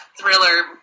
thriller